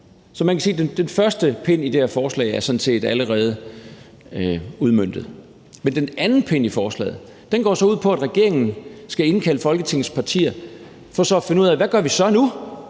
Så man kan sige, at den første pind i det her forslag sådan set allerede er udmøntet. Men den anden pind i forslaget går så ud på, at regeringen skal indkalde Folketingets partier for at finde ud af, hvad vi så gør nu.